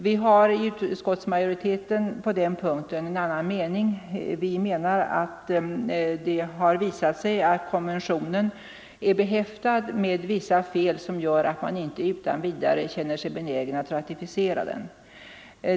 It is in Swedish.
Vi har inom utskottsmajoriteten på den punkten en annan mening. Vi anser att det har visat sig att konventionen är behäftad med vissa fel som gör att man inte utan vidare känner sig benägen att ratificera den.